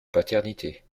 paternité